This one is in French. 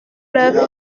leur